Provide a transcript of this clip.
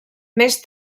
més